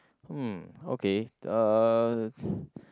mm okay uh